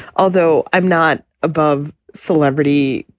although i'm not above celebrity.